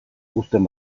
uzten